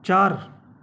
चार